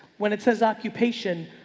when it says occupation,